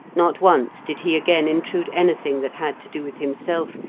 not once did he again intrude anything that had to do with himself,